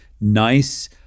nice